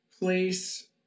place